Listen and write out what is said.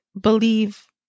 believe